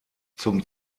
zum